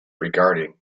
regarding